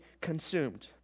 consumed